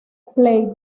plate